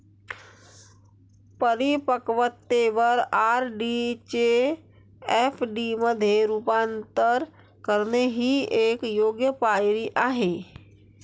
परिपक्वतेवर आर.डी चे एफ.डी मध्ये रूपांतर करणे ही एक योग्य पायरी आहे